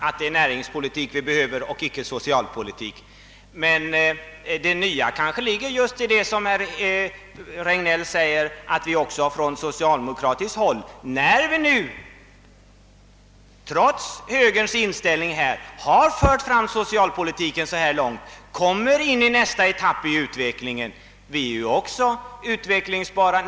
Men det nya ligger i det som herr Regnéll sade, att när vi nu från socialdemokratiskt håll trots högerns inställning till denna fråga har fört fram socialpolitiken så långt som fallet är, anser vi tiden vara inne för nästa etapp i utvecklingen. Vi är också utvecklingsbara.